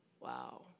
wow